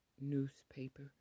newspaper